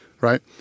right